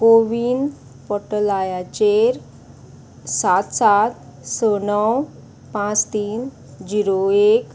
कोवीन पोर्टलायाचेर सात सात स णव पांच तीन झिरो एक